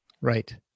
Right